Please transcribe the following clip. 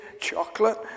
chocolate